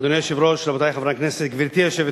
אני מבקש מחברת הכנסת אורלי לוי להחליף אותי,